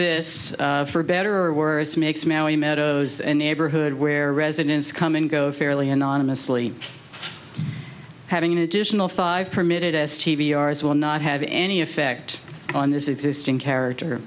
this for better or worse makes mowing meadows and neighborhood where residents come and go fairly anonymously having an additional five permitted s t v yours will not have any effect on this existing character